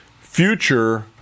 future